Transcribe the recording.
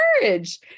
courage